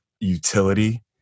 utility